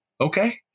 okay